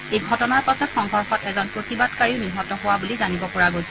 এই ঘটনাৰ পাছত হোৱা সংঘৰ্ষত এজন প্ৰতিবাদকাৰীও নিহত হোৱা বুলি জানিব পৰা গৈছে